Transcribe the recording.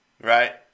right